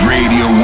Radio